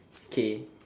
it's k